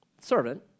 servant